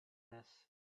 this